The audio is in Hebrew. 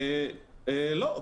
לא.